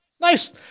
Nice